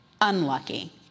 Unlucky